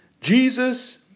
Jesus